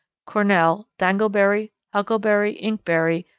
cornel, dangleberry, huckleberry, inkberry,